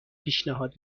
پیشنهاد